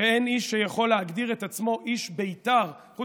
שאין איש שיכול להגדיר את עצמו איש בית"ר בלעדיו,